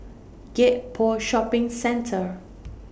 Gek Poh Shopping Centre